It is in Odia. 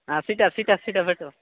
ସେଇଟା ସେଇଟା ସେଇଟା ପ୍ୟାକ୍ କର